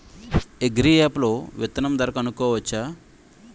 Agri app లో విత్తనం ధర కనుకోవచ్చా?